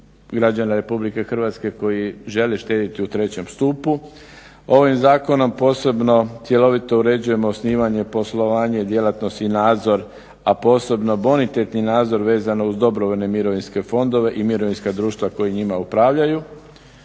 građana RH koji žele štediti u trećem stupu, ovim zakonom posebno cjelovito uređujemo osnivanje poslovanje djelatnosti, nadzor a posebno bonitetni nadzor vezano uz dobrovoljne mirovinske fondove i mirovinska društva koja njima upravljaju